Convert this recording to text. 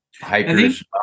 Hikers